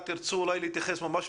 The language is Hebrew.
להתייחס?